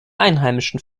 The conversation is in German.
einheimischen